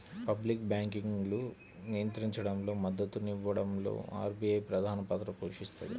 public బ్యాంకింగ్ను నియంత్రించడంలో, మద్దతునివ్వడంలో ఆర్బీఐ ప్రధానపాత్ర పోషిస్తది